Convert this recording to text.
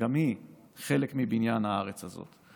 גם היא חלק מבניין הארץ הזאת.